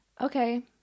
Okay